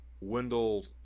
Wendell